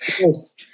Yes